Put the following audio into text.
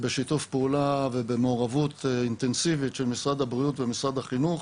בשיתוף פעולה ובמעורבות אינטנסיבית של משרד הבריאות ומשרד החינוך,